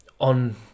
on